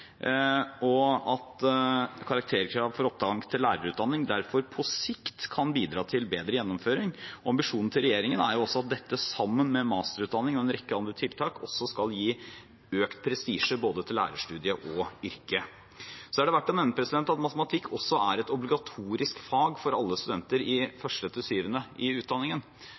og at karakterkrav for opptak til lærerutdanning derfor på sikt kan bidra til bedre gjennomføring. Ambisjonen til regjeringen er at dette sammen med masterutdanning og en rekke andre tiltak også skal gi økt prestisje, både til lærerstudiet og til yrket. Det er også verdt å nevne at matematikk er et obligatorisk fag for alle studenter i utdanningen til 1.–7. trinn, så argumentet om at det er irrelevant, vil i